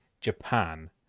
Japan